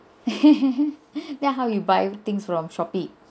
then how you buy things from shopee